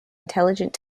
intelligence